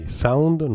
sound